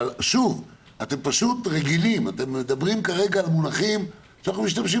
אתם מדברים על מונחים שאנחנו משתמשים